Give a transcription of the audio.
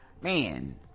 man